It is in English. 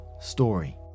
story